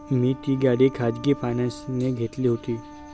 मी ती गाडी खाजगी फायनान्सने घेतली होती